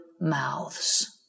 mouths